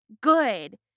good